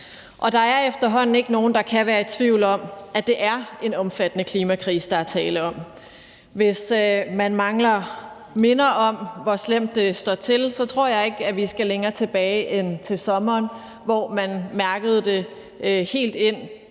der er efterhånden ikke nogen, der kan være i tvivl om, at det er en omfattende klimakrise, der er tale om. Hvis man mangler minder om, hvor slemt det står til, tror jeg ikke, vi skal længere tilbage end til i sommer, hvor man mærkede det på egen